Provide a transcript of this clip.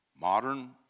modern